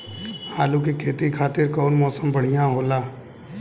आलू के खेती खातिर कउन मौसम बढ़ियां होला?